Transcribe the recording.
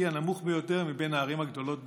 הנמוך ביותר בין הערים הגדולות בישראל.